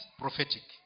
prophetic